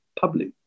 public